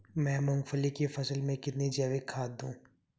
मैं मूंगफली की फसल में कितनी जैविक खाद दूं?